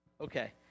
Okay